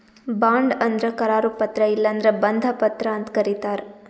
bond ಅಂದ್ರ ಕರಾರು ಪತ್ರ ಇಲ್ಲಂದ್ರ ಬಂಧ ಪತ್ರ ಅಂತ್ ಕರಿತಾರ್